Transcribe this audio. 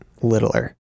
littler